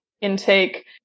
intake